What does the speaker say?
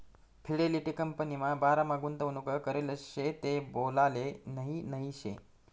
Fidelity कंपनीमा बारामा गुंतवणूक करेल शे ते बोलाले नही नही शे